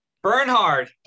Bernhard